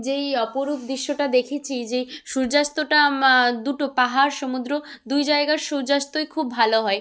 যেই অপরূপ দৃশ্যটা দেখেছি যেই সূর্যাস্তটা দুটো পাহাড় সমুদ্র দুই জায়গার সূর্যাস্তই খুব ভালো হয়